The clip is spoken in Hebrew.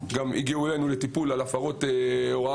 חלקם הגיעו אלינו לטיפול על הפרות הוראה